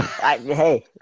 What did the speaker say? Hey